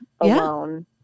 alone